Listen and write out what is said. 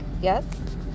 yes